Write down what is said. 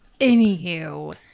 Anywho